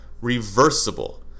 Reversible